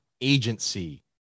agency